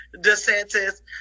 DeSantis